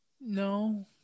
No